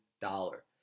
dollar